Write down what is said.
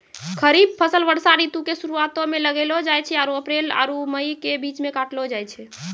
खरीफ फसल वर्षा ऋतु के शुरुआते मे लगैलो जाय छै आरु अप्रैल आरु मई के बीच मे काटलो जाय छै